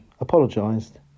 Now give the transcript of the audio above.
apologised